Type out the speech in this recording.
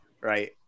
right